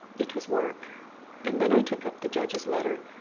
it was work and then i took up the judge's letter,